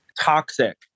Toxic